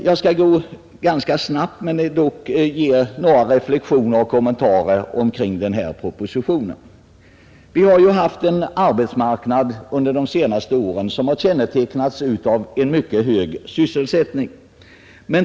Jag skall ganska snabbt göra några reflexioner och kommentarer till propositionen. Vi har under de senaste åren haft en arbetsmarknad, som har kännetecknats av en mycket hög sysselsättning.